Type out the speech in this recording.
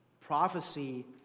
prophecy